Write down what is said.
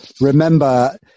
remember